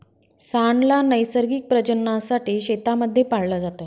सांड ला नैसर्गिक प्रजननासाठी शेतांमध्ये पाळलं जात